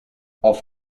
auf